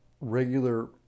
regular